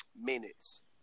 minutes